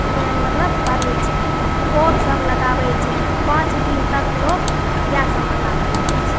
मतलब पड़ै छै भोगसब लगाबै छै पाँच दिन तक लोक इएह सबमे लागल रहै छै